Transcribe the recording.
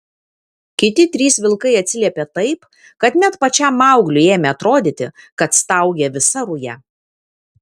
kiti trys vilkai atsiliepė taip kad net pačiam maugliui ėmė atrodyti kad staugia visa ruja